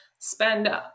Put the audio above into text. spend